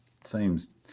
seems